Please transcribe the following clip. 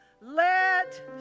Let